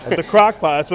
the crock pot. so